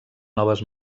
noves